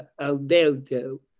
Alberto